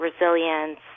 resilience